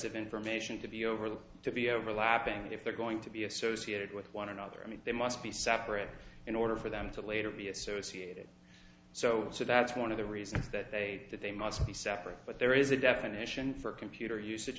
of information to be overlooked to be overlapping if they're going to be associated with one another i mean they must be separate in order for them to later be associated so so that's one of the reasons that they say that they must be separate but there is a definition for computer usage